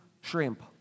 shrimp